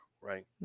right